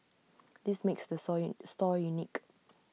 this makes the sole store unique